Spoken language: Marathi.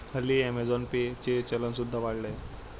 हल्ली अमेझॉन पे चे चलन सुद्धा वाढले आहे